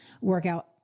workout